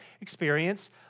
experience